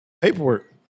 paperwork